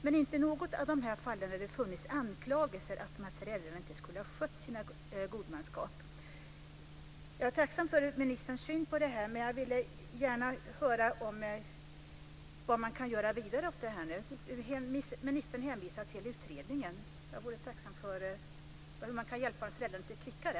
Men inte i något av de här fallen har det funnits anklagelser att de här föräldrarna inte skulle ha skött sina godmanskap. Jag är tacksam för ministerns syn på detta, men jag vill gärna höra vad man kan göra vidare åt detta. Ministern hänvisar till utredningen. Jag vore tacksam för att få höra hur man kan hjälpa föräldrarna lite kvickare.